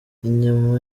inyama